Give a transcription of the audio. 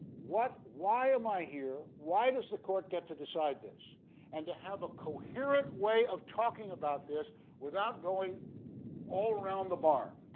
what, why am i here? why does the court get to decide this and to have a coherent way of talking about this without going all around the barn,